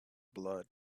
blood